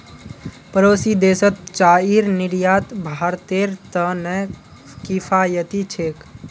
पड़ोसी देशत चाईर निर्यात भारतेर त न किफायती छेक